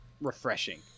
refreshing